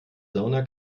sauna